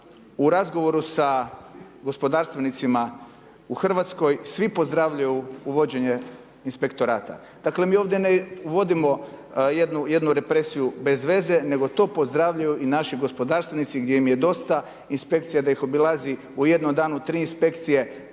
u razgovoru sa gospodarstvenicima u Hrvatskoj svi pozdravljaju uvođenje inspektorata. Dakle, mi ovdje ne uvodimo jednu represiju bez veze, nego to pozdravljaju i naši gospodarstvenici gdje im je dosta inspekcija da ih obilazi u jednom danu tri inspekcije,